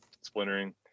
Splintering